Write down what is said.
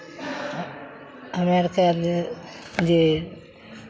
हमे अरके जे जे